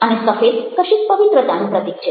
અને સફેદ કશીક પવિત્રતાનું પ્રતીક છે